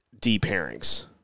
D-pairings